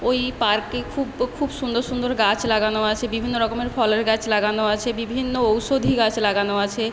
ওই পার্কে খুব ও খুব সুন্দর সুন্দর গাছ লাগানো আছে বিভিন্ন রকমের ফলের গাছ লাগানো আছে বিভিন্ন ঔষধি গাছ লাগানো আছে